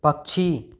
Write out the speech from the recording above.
पक्षी